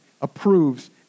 approves